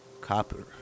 copper